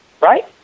right